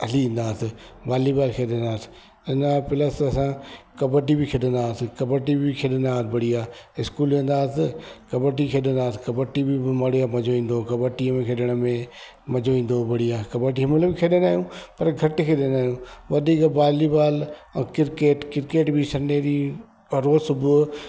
हली ईंदासीं बालीबॉल खेॾंदासीं इनखां प्लस असां कबड्डी बि खेॾंदा हुआसीं कबड्डी बि खेॾंदासीं बढ़िया स्कूल वेंदासीं कबड्डी बि खेॾंदासीं कबड्डी में बि बढ़िया मजो ईंदो कबड्डी खेॾण में मजो ईंदो हो बढ़िया कबड्डी जंहिंमहिल बि खेॾंदा आहियूं पर घटि खेॾंदा आहियूं वधीक बालीबॉल ऐं किरकेट किरकेट बि संडे ॾींहुं रोज सुबुह जो